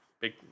big